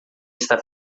está